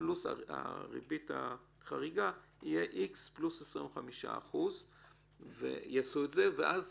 פלוס הריבית החריגה, זה יהיה X פלוס 25%. החוק